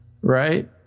right